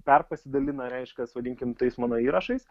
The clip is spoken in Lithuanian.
perpasidalina reiškias vadinkim tais mano įrašais